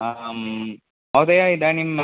आं महोदय इदानीम्